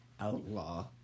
Outlaw